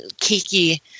Kiki